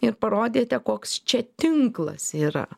ir parodėte koks čia tinklas yra